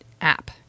app